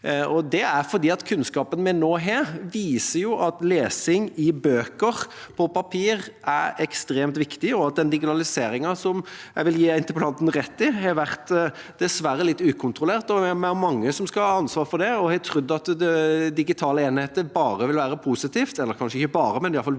Det er fordi kunnskapen vi nå har, viser at lesing i bøker på papir er ekstremt viktig, og at den digitaliseringen som jeg vil gi interpellanten rett i at dessverre har vært litt ukontrollert – vi er mange som skal ha ansvar for det og har trodd at digitale enheter bare ville være positivt, eller kanskje ikke bare, men iallfall ville tilføre